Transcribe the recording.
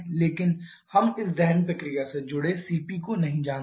लेकिन हम इस दहन प्रक्रिया से जुड़े cp को नहीं जानते हैं